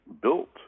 built